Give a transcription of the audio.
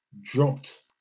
dropped